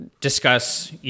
discuss